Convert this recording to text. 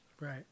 Right